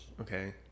okay